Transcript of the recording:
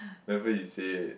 at first he say